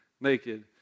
naked